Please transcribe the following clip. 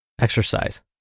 exercise